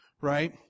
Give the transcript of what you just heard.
right